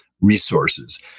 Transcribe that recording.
resources